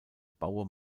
baue